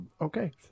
Okay